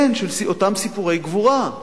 כן, של אותם סיפורי גבורה,